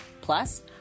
plus